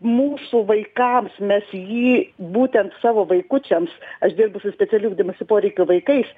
mūsų vaikams mes jį būtent savo vaikučiams aš dirbu su specialių ugdymosi poreikių vaikais